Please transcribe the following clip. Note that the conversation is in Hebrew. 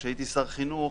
כשהייתי שר חינוך,